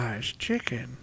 chicken